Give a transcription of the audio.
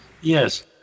Yes